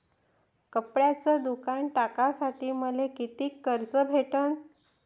कपड्याचं दुकान टाकासाठी मले कितीक कर्ज भेटन?